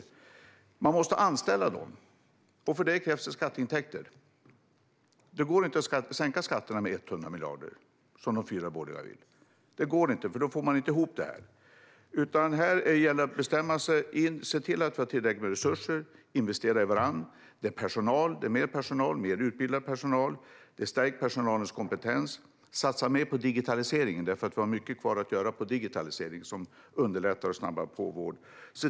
Alla dessa måste anställas. För det krävs skatteintäkter. Det går inte att sänka skatterna med 100 miljarder, som de fyra borgerliga partierna vill, för då går detta inte ihop. Här gäller det att bestämma sig och se till att det finns tillräckligt med resurser, investera i varandra, utbilda mer personal, stärka personalens kompetens och satsa mer på digitaliseringen. Det finns mycket kvar att göra i fråga om digitalisering för att underlätta och snabba på vård.